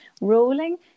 rolling